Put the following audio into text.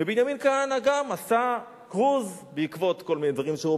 ובנימין כהנא גם עשה כרוז בעקבות כל מיני דברים שהיו,